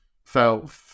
felt